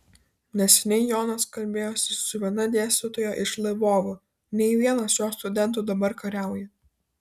neseniai jonas kalbėjosi su viena dėstytoja iš lvovo ne vienas jos studentų dabar kariauja